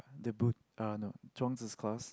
the bou~ uh no Zhuang-Zi's class